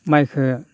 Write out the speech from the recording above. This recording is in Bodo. माइखो